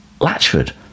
Latchford